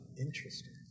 Interesting